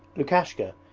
lukashka,